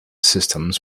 systems